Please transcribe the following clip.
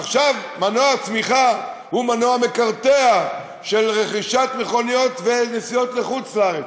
עכשיו מנוע צמיחה הוא מנוע מקרטע של רכישת מכוניות ונסיעות לחוץ-לארץ.